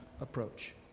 approach